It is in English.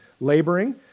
laboring